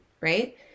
right